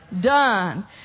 done